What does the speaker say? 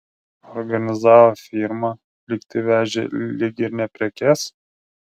organizavo firmą lyg tai vežė lyg ir ne prekes